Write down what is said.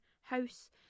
house